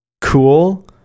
cool